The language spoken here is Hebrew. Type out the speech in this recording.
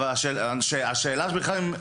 אבל מעולם לא עשו כלום.